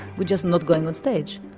we're just not going on stage.